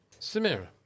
Samira